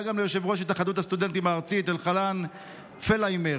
תודה גם ליושב-ראש התאחדות הסטודנטים הארצית אלחנן פלהיימר